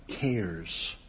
cares